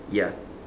ya